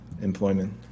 employment